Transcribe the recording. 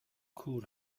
کور